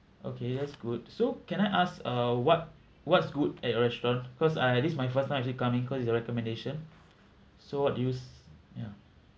okay that's good so can I ask uh what what's good at your restaurant cause I this is my first time actually coming cause is a recommendation so what do you s~ ya